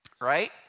right